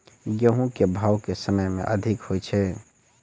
गेंहूँ केँ भाउ केँ समय मे अधिक होइ छै?